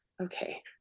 Okay